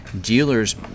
dealers